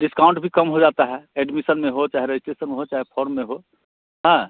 discount भी कम हो जाता है एडमीसन में हो चाहे रजिस्ट्रेसन में हो चाहे फाॅर्म में हो हाँ